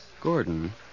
Gordon